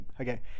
okay